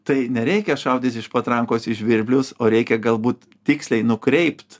tai nereikia šaudyt iš patrankos į žvirblius o reikia galbūt tiksliai nukreipt